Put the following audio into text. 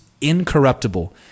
incorruptible